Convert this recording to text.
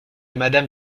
madame